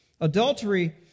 Adultery